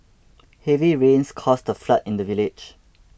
heavy rains caused a flood in the village